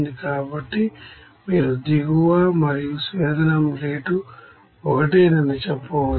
కాబట్టి మీరు దిగువ మరియు డిస్టిల్ల్య్ట్ రేటు ఒకటేనని చెప్పవచ్చు